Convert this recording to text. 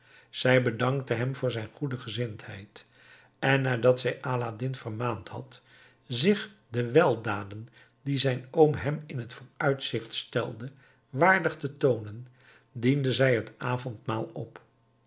zij bedankte hem voor zijn goede gezindheid en nadat zij aladdin vermaand had zich de weldaden die zijn oom hem in t vooruitzicht stelde waardig te toonen diende zij het avondmaal op